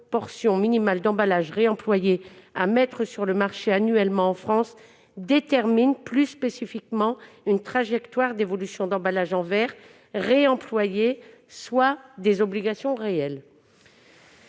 proportion minimale d'emballages réemployés à mettre sur le marché annuellement en France détermine plus spécifiquement une trajectoire d'évolution, soit des obligations réelles.